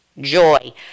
joy